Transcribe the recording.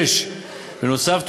6. בנוסף,